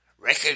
Record